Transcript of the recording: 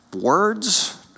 Words